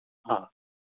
हा